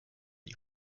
die